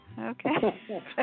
Okay